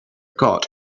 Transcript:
card